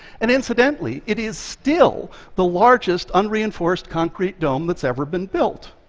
and incidentally, it is still the largest unreinforced concrete dome that's ever been built.